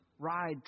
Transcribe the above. ride